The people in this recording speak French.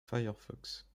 firefox